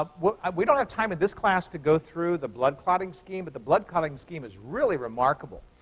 ah we don't have time in this class to go through the blood clotting scheme, but the blood clotting scheme is really remarkable.